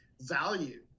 value